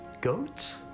Goats